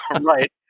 Right